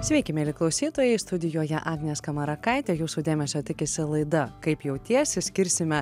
sveiki mieli klausytojai studijoje agnė skamarakaitė jūsų dėmesio tikisi laida kaip jautiesi skirsime